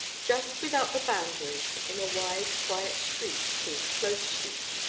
just without the boundaries, in a wide, quiet street, called close street,